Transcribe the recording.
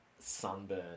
sunburn